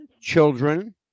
children